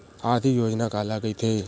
आर्थिक योजना काला कइथे?